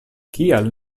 kial